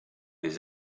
des